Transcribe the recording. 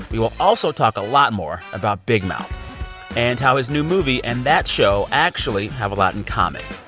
we will also talk a lot more about big mouth and how his new movie and that show actually have a lot in common.